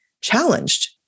challenged